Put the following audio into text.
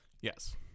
Yes